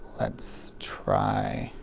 let's try,